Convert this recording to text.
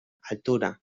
altura